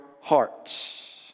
hearts